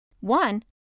One